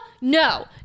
No